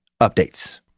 updates